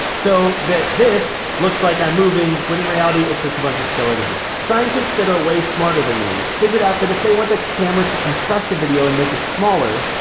so that this looks like i'm moving, when in reality, it's just a bunch of still images scientists that are way smarter than me figured out that if they want a camera to compress a video and make it smaller,